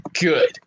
Good